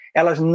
elas